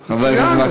מצוין.